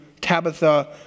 Tabitha